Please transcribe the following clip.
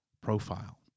profile